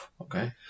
Okay